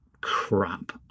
crap